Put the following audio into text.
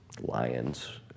lions